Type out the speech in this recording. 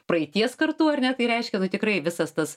praeities kartų ar ne tai reiškia nu tikrai visas tas